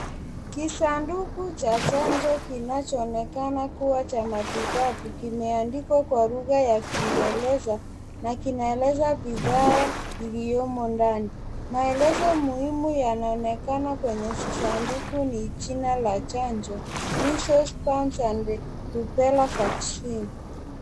Kisanduki cha chanjo kinachoonekana kuwa cha matibabu, kimeandikwa Kwa lugha ya kingereza na kinaeleza bidhaa iliyomo ndani. Maelezo muhimu yanaonekana kwenye sanduku ni jina la chanjo, measles, mumps and rubella vaccine .